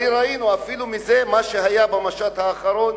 הרי ראינו אפילו ממה שהיה במשט האחרון,